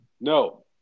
No